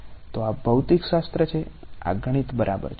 તો આ ભૌતિકશાસ્ત્ર છે આ ગણિત બરાબર છે